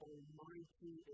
Almighty